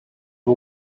who